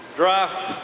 draft